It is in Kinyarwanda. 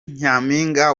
nyampinga